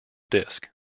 disc